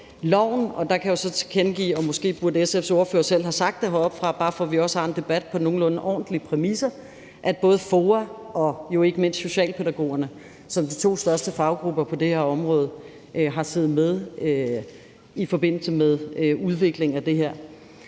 loven, og der kan jeg jo så tilkendegive – og måske burde SF's ordfører selv have sagt det heroppefra, bare for at vi også har en debat på nogenlunde ordentlige præmisser – at både FOA og jo ikke mindst socialpædagogerne som de to største faggrupper på det her område har siddet med i forbindelse med udviklingen af det her.